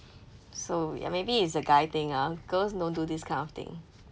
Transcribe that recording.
so ya maybe it's a guy thing ah girls don't do this kind of thing